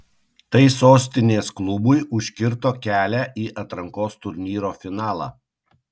tai sostinės klubui užkirto kelią į atrankos turnyro finalą